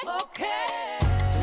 Okay